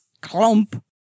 Clump